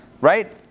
right